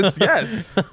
yes